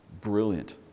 brilliant